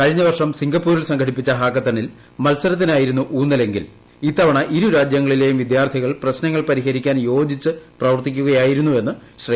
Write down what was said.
കഴിഞ്ഞ വർഷംസിംഗപ്പൂരിൽസംഘടിപ്പിച്ച ഹാക്കത്തണിൽ മത്സരത്തിനായിരുന്നു ഊന്നൽ എങ്കിൽ ഇത്തവണ ഇരുരാജൃങ്ങളിലേയും വിദ്യാർത്ഥികൾ പ്രശ്നങ്ങൾ പരിഹരിക്കാൻ യോജിച്ച് പ്രവർത്തിക്കുകയായിരുന്നു എന്ന് ശ്രീ